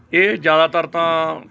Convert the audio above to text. ਇਹ ਜ਼ਿਆਦਾਤਰ ਤਾਂ